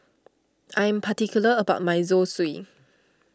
I am particular about my Zosui